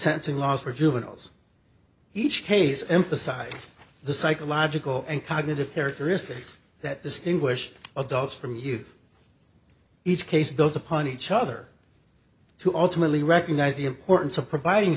sensing laws for juveniles each case emphasized the psychological and cognitive characteristics that distinguish adults from youth each case built upon each other to ultimately recognize the importance of providing